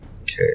Okay